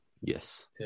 Yes